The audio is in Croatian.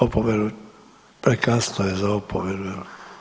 Opomenu, prekasno je za opomenu.